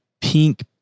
pink